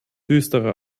düstere